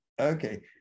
Okay